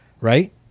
right